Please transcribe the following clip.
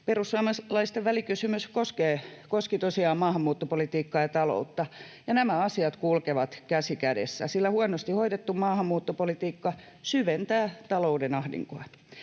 perussuomalaisten välikysymys koski tosiaan maahanmuuttopolitiikkaa ja taloutta, ja nämä asiat kulkevat käsi kädessä, sillä huonosti hoidettu maahanmuuttopolitiikka syventää talouden ahdinkoa.